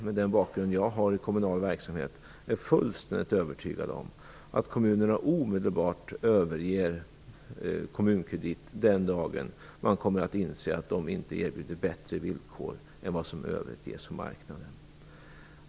Med den bakgrund jag har i kommunal verksamhet är jag fullständigt övertygad om att kommunerna omedelbart överger Kommuninvest den dag de inser att företaget inte erbjuder bättre villkor än vad som i övrigt ges på marknaden.